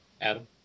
adam